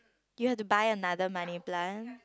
you have to buy another money plant